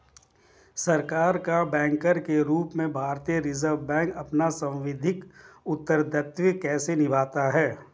सरकार का बैंकर के रूप में भारतीय रिज़र्व बैंक अपना सांविधिक उत्तरदायित्व कैसे निभाता है?